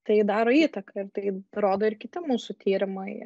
tai daro įtaką ir tai rodo ir kiti mūsų tyrimai